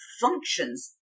functions